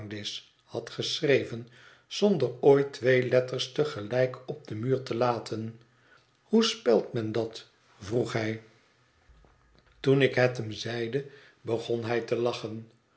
had geschreven zonder ooit twee letters te gelijk op den muur te laten hoe spelt men dat vroeg hij toen ik het hem zeide begon hij te lachen